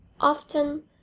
Often